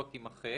לא תימחק.